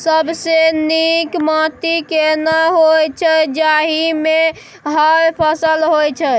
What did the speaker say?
सबसे नीक माटी केना होय छै, जाहि मे हर फसल होय छै?